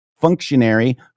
functionary